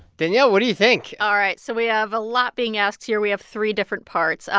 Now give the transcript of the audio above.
danielle, what do you think? all right, so we have a lot being asked here. we have three different parts.